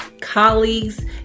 colleagues